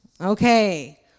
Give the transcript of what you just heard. Okay